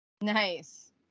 Nice